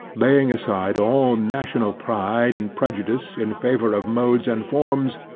laying aside all national pride and prejudice in favour of modes and forms,